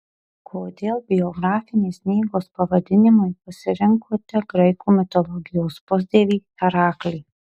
kodėl biografinės knygos pavadinimui pasirinkote graikų mitologijos pusdievį heraklį